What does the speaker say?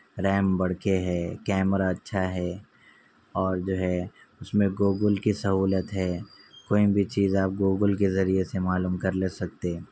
RAM بڑھ کے ہے کیمرہ اچھا ہے اور جو ہے اس میں گوگل کی سہولت ہے کوئی بھی چیز آپ گوگل کے ذریعے سے معلوم کر لے سکتے